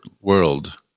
world